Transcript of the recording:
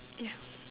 ya